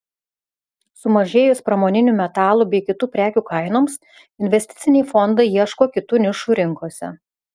sumažėjus pramoninių metalų bei kitų prekių kainoms investiciniai fondai ieško kitų nišų rinkose